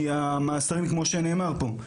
כי המאסרים כמו שנאמר פה,